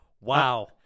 Wow